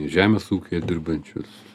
žemės ūkyje dirbančius